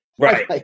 Right